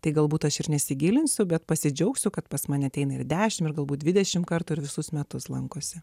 tai galbūt tas ir nesigilinsiu bet pasidžiaugsiu kad pas mane ateina ir dešimt ir galbūt dvidešimt kartų ir visus metus lankosi